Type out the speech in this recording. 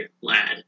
lad